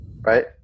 right